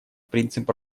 принцип